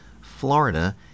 Florida